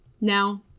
Now